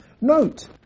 Note